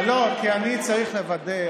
כי אני צריך לוודא,